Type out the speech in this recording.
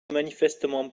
manifestement